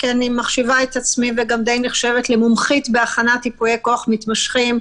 כי אני מחשיבה את עצמי וגם נחשבת למומחית בהכנת ייפויי כוח מתמשכים,